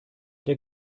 der